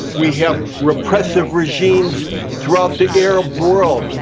we have repressive regimes throughout the arab world,